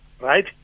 right